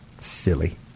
Silly